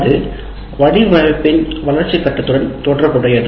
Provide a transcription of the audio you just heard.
அது வடிவமைப்பின் வளர்ச்சி கட்டத்துடன் தொடர்புடையது